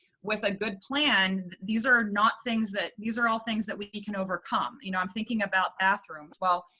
with a good plan, these are not things that these are all things that we can overcome. you know, i'm thinking about bathrooms. well,